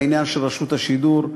בעניין של רשות השידור.